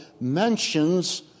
mentions